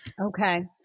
Okay